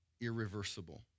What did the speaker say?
irreversible